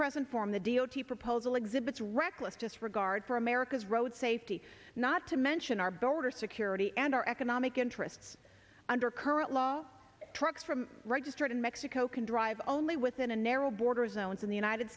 present form the d o t proposal exhibits reckless disregard for america's road safety not to mention our border security and our economic interests under current law trucks from registered in mexico can drive only within a narrow border zones in the united